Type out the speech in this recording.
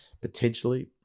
potentially